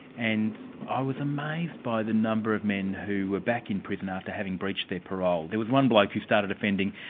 and i was amazed by the number of men who were back in prison after having breached their parole. there was one bloke who started offending,